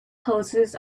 hoses